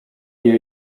się